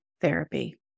therapy